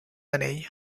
anell